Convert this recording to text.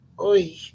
Oi